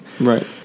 Right